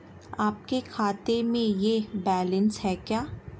आपके खाते में यह बैलेंस है क्या?